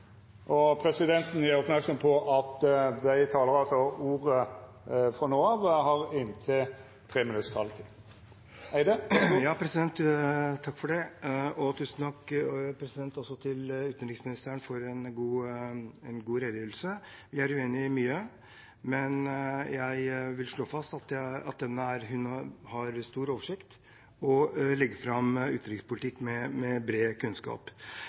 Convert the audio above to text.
ordet, har ei taletid på inntil 3 minutt. Tusen takk til utenriksministeren for en god redegjørelse. Jeg er uenig i mye, men jeg vil slå fast at hun har stor oversikt og legger fram utenrikspolitikk med bred kunnskap.